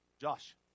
Josh